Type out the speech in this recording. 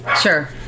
Sure